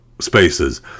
spaces